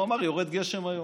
הוא אמר: יורד גשם היום,